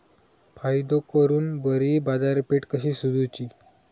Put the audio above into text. फायदो करून बरी बाजारपेठ कशी सोदुची?